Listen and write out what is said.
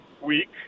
week